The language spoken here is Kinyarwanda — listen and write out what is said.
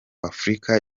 w’afurika